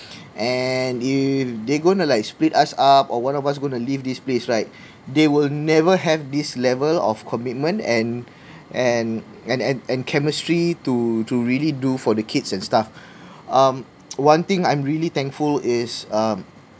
and if they are gonna like split us up or one of us going to leave this place right they will never have this level of commitment and and and and and chemistry to to really do for the kids and stuff um one thing I'm really thankful is um